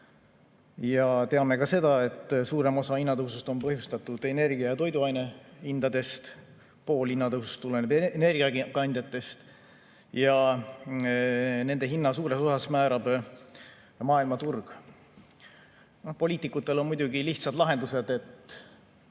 me teame ka seda, et suurem osa hinnatõusust on põhjustatud energia ja toiduainete hindadest. Pool hinnatõusust tuleneb energiakandjatest ja nende hinna suures osas määrab maailmaturg. Poliitikutel on muidugi lihtsad lahendused, et